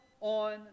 on